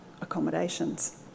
accommodations